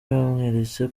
bamweretse